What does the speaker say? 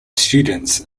students